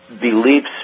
beliefs